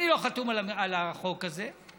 אני לא חתום על החוק הזה.